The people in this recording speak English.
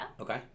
Okay